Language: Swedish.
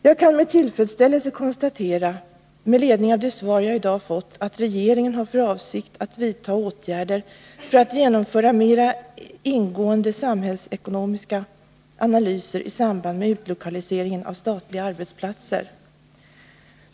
Jag kan med tillfredsställelse konstatera — med ledning av det svar jag i dag fått — att regeringen har för avsikt att vidta åtgärder för att genomföra mera ingående samhällsekonomiska analyser i samband med utlokaliseringen av statliga arbetsplatser.